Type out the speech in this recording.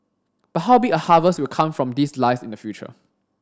but how big a harvest will come from this lies in the future